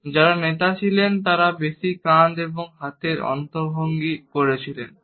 এবং যারা নেতা ছিলেন তারা বেশি কাঁধ এবং হাতের অঙ্গভঙ্গি ব্যবহার করতেন